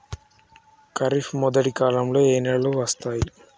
ఖరీఫ్ మొదటి కాలంలో ఏ నెలలు వస్తాయి?